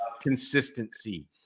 consistency